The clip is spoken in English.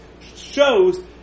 shows